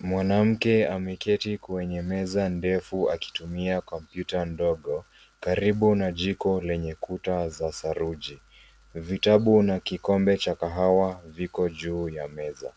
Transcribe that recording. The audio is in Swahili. Mwanamke ameketi kwenye meza ndefu akitumia komyuta ndoogo karibu na jiko lenye kuta za saruji, vitabu na kikombe cha kahawa viko juu ya meza.